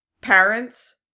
parents